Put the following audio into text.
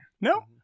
No